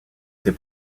ses